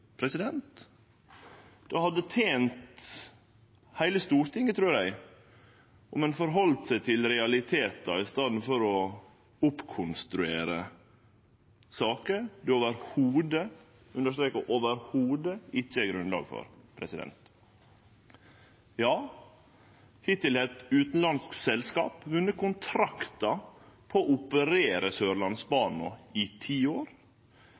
hadde tent heile Stortinget, trur eg, om ein heldt seg til realitetar i staden for å konstruere opp saker det i det heile – eg understrekar i det heile – ikkje er grunnlag for. Ja, hittil har eitt utanlandsk selskap vunne kontraktar på å operere Sørlandsbanen, i ti år.